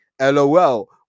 LOL